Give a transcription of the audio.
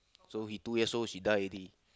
so he two years old she die already